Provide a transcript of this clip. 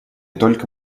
только